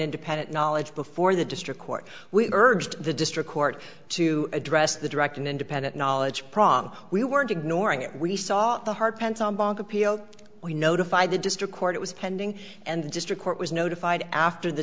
independent knowledge before the district court we urged the district court to address the direct an independent knowledge prong we weren't ignoring it we saw the heart pence on bank appeal we notified the district court it was pending and the district court was notified after the